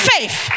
faith